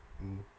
mm